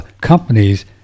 companies